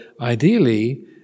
ideally